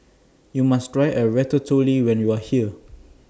YOU must Try A Ratatouille when YOU Are here